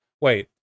Wait